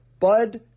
Bud